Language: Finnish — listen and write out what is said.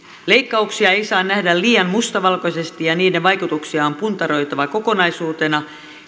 leikkauksia ei saa nähdä liian mustavalkoisesti ja niiden vaikutuksia on puntaroitava kokonaisuutena